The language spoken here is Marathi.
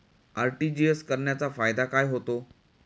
आर.टी.जी.एस करण्याचा फायदा काय होतो?